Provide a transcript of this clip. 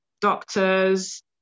doctors